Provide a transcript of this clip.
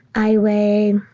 i weigh,